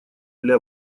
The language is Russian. для